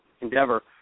endeavor